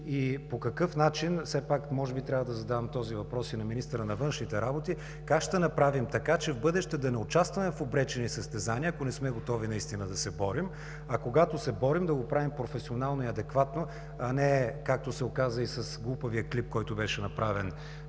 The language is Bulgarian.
по какъв начин. Може би все пак трябва да задам този въпрос и на министъра на външните работи: как ще направим така, че в бъдеще да не участваме в обречени състезания, ако не сме готови наистина да се борим, а когато се борим – да го правим професионално и адекватно, а не както се оказа и с глупавия клип, който беше направен